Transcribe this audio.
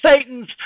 Satan's